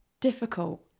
difficult